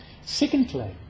Secondly